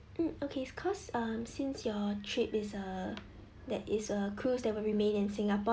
mm okay cause um since your trip is uh that is a cruise that will remain in singapore